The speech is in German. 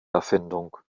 erfindung